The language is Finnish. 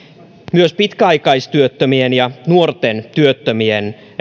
myös pitkäaikaistyöttömien ja nuorten työttömien